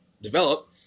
develop